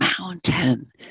mountain